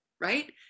right